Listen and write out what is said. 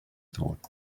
thought